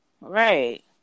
Right